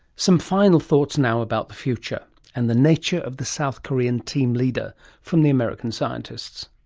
some final thoughts now about the future and the nature of the south korean team leader from the american scientists.